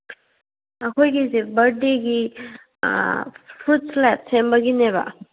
ꯑꯩꯈꯣꯏꯒꯤꯁꯦ ꯕꯔꯠꯗꯦꯒꯤ fruits salad ꯁꯦꯝꯕꯒꯤꯅꯦꯕ